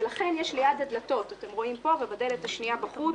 ולכן יש ליד הדלתות אתם רואים פה ובדלת השנייה בחוץ